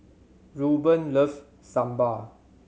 Rueben loves Sambar